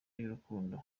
y’urukundo